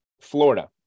Florida